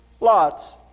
Lots